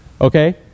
okay